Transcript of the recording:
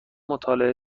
مطالعه